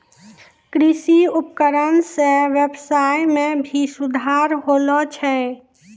कृषि उपकरण सें ब्यबसाय में भी सुधार होलो छै